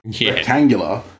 rectangular